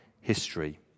history